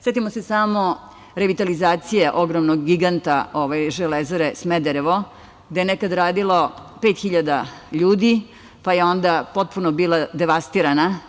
Setimo se samo revitalizacije ogromnog giganta „Železare Smederevo“ gde je nekada radilo 5.000 ljudi, pa je onda potpuno bila devastirana.